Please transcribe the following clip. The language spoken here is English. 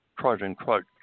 quote-unquote